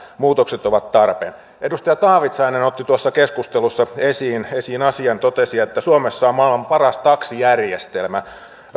muutokset ovat tarpeen edustaja taavitsainen totesi tuossa keskustelussa asian että suomessa on maailman paras taksijärjestelmä